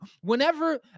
whenever